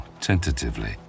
tentatively